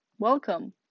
welcome